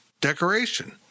decoration